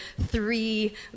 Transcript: three